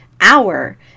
hour